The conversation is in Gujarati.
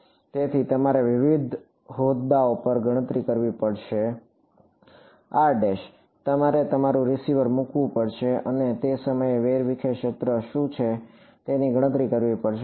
તેથી તમારે વિવિધ હોદ્દાઓ પર ગણતરી કરવી પડશે તમારે તમારું રીસીવર મુકવું પડશે અને તે સમયે વેરવિખેર ક્ષેત્ર શું છે તેની ગણતરી કરવી પડશે